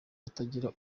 kutagira